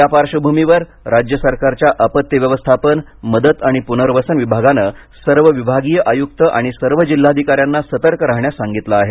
त्या पार्वभूमीवर राज्य सरकारच्या आपत्ती व्यवस्थापन मदत आणि पुनर्वसन विभागानं सर्व विभागीय आयुक्त आणि सर्व जिल्हाधिकाऱ्यांना सतर्क राहण्यास सांगितलं आहे